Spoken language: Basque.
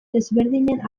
desberdinen